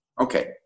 Okay